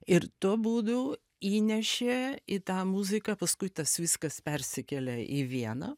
ir tuo būdu įnešė į tą muziką paskui tas viskas persikėlė į vieną